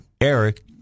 Eric